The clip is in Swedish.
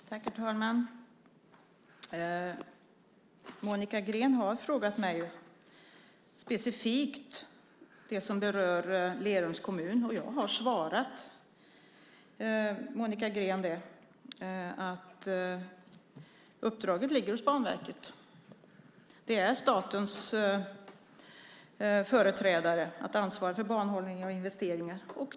Herr talman! Monica Green har frågat mig specifikt det som berör Lerums kommun, och jag har svarat Monica Green att uppdraget ligger hos Banverket. Det åligger statens företrädare att ansvara för banhållning och investeringar.